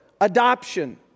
adoption